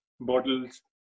bottles